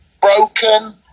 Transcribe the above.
broken